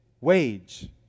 wage